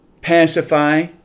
pacify